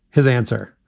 his answer.